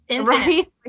Right